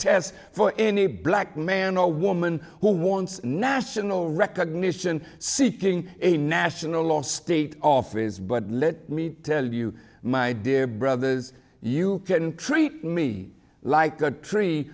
test for any black man or woman who wants national recognition seeking a national or state office but let me tell you my dear brothers you can treat me like a tree